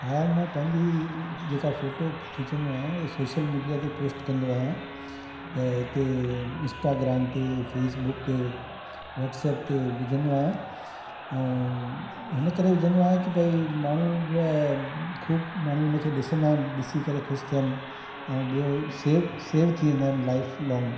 हा मां पंहिंजी जेका फोटो खिचंदो आहियां उहा सोशल मीडिया ते पोस्ट कंदो आहियां ऐं हिते इंस्टाग्राम ते फेसबुक ते वाट्सप ते विझंदो आहियां ऐं हिन करे विझंदो आहियां की भई माण्हू ख़ूब माण्हू उन खे ॾिसंदा आहिनि ॾिसी करे ख़ुशि थियनि ऐं ॿियो सेफ सेफ थी वेंदा आहिनि लाइफ लॉन्ग